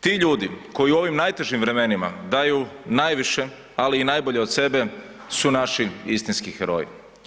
Ti ljudi koji u ovim najtežim vremenima daju najviše, ali i najbolje od sebe su naši istinski heroji.